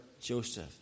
Joseph